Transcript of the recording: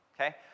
Okay